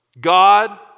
God